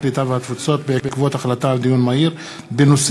הקליטה והתפוצות בעקבות דיון מהיר בהצעתם של חברי הכנסת מאיר כהן